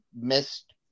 missed